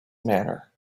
manner